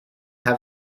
only